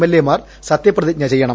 എൽഎമാർ സത്യപ്രതിജഞ ചെയ്യണം